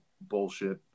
bullshit